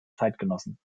zeitgenossen